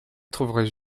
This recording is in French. trouveraient